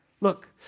look